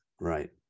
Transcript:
Right